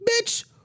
Bitch